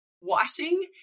washing